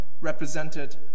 represented